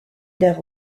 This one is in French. der